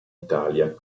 italia